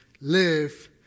live